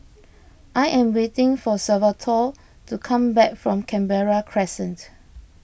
I am waiting for Salvatore to come back from Canberra Crescent